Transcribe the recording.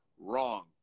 wrong